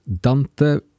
Dante